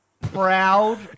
proud